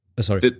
sorry